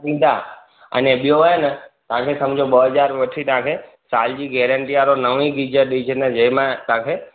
ॾींदा अने ॿियो आहे न तव्हांखे सम्झो ॿ हज़ार वठी तव्हांखे साल जी गैरेंटी वारो नओ ई गीजर ॾई छॾदा जंहिंमें तव्हांखे